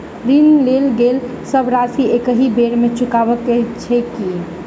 ऋण लेल गेल सब राशि एकहि बेर मे चुकाबऽ केँ छै की?